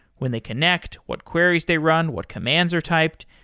when they connect, what queries they run, what commands are typed?